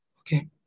Okay